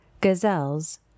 gazelles